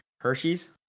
Hershey's